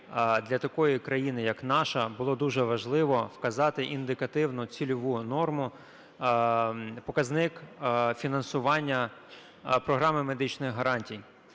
для такої країни, як наша, було дуже важливо вказати індикативну цільову норму, показник фінансування програми медичних гарантій.